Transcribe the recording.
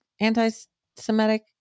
anti-semitic